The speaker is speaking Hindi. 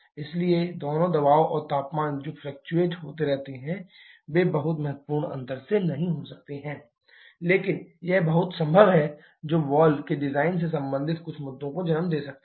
इसलिए दोनों दबाव और तापमान जो फ्लकचुएट होते रहते हैं वे बहुत महत्वपूर्ण अंतर से नहीं हो सकते हैं लेकिन यह बहुत संभव है जो वाल्व के डिजाइन से संबंधित कुछ मुद्दों को जन्म दे सकता है